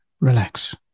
relax